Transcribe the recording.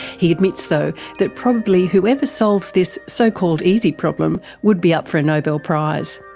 he admits though that probably whoever solves this so-called easy problem would be up for a nobel prize.